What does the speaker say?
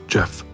Jeff